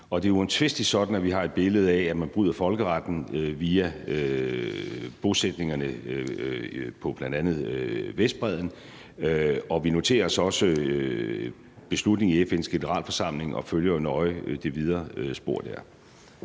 Det er uomtvisteligt sådan, at vi har et billede af, at man bryder folkeretten via bosætningerne på bl.a. Vestbredden, og vi noterer os også beslutningen i FN's Generalforsamling og følger jo nøje det videre spor der.